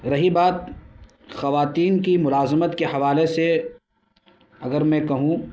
رہی بات خواتین کی ملازمت کے حوالے سے اگر میں کہوں